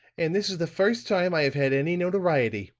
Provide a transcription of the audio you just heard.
and this is the first time i have had any notoriety.